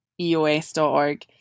eos.org